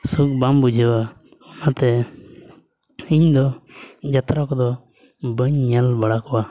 ᱥᱩᱠ ᱵᱟᱝ ᱵᱩᱡᱷᱟᱹᱜᱼᱟ ᱚᱱᱟᱛᱮ ᱤᱧ ᱫᱚ ᱡᱟᱛᱛᱨᱟ ᱠᱚᱫᱚ ᱵᱟᱹᱧ ᱧᱮᱞ ᱵᱟᱲᱟ ᱠᱚᱣᱟ